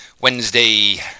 Wednesday